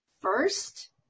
First